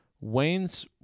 Wayne's